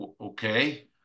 Okay